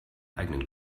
eigenen